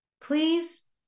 Please